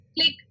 click